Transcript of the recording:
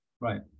Right